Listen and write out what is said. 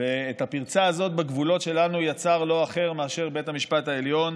ואת הפרצה הזאת בגבולות שלנו יצר לא אחר מאשר בית המשפט העליון